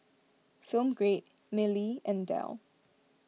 Film Grade Mili and Dell